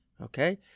Okay